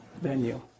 venue